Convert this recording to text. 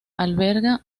alberga